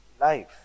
life